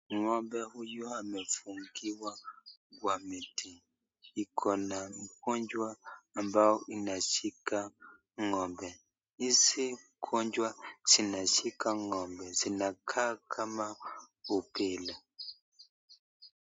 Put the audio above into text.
Ng'ombe huyu amefungiwa kwa miti. Ikona ugonjwa ambao inashika ng'ombe. Hizi ugonjwa zinashika ng'ombe zinakaa kama upele.